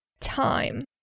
time